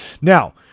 Now